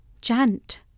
chant